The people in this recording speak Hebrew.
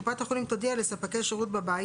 קופת חולים תודיע לספקי שירות בבית,